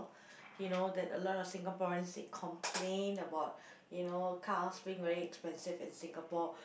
you know that a lot of Singaporeans they complain about you know cars being very expensive in Singapore